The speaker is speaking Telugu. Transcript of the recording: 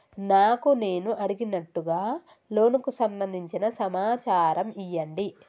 నాకు నేను అడిగినట్టుగా లోనుకు సంబందించిన సమాచారం ఇయ్యండి?